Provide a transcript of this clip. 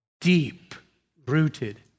deep-rooted